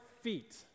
feet